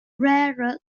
rarer